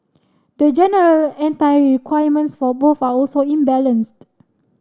the general requirements for both are also imbalanced